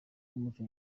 y’umuco